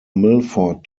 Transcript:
milford